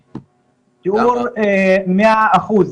זה תיאור מאה אחוז,